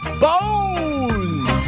bones